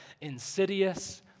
insidious